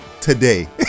today